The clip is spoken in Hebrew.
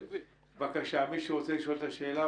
אם כך, נעבור לשאלות.